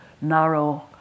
narrow